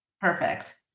Perfect